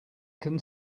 can